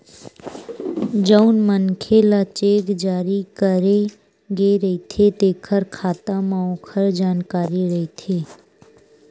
जउन मनखे ल चेक जारी करे गे रहिथे तेखर खाता म ओखर जानकारी रहिथे